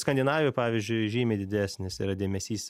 skandinavijoj pavyzdžiui žymiai didesnis yra dėmesys